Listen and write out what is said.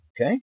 Okay